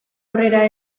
aurrera